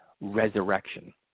resurrection